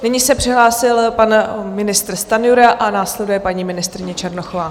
Nyní se přihlásil pan ministr Stanjura a následuje paní ministryně Černochová.